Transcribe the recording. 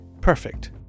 Perfect